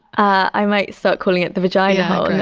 i might start calling it the vagina hole,